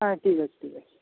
হ্যাঁ ঠিক আছে ঠিক আছে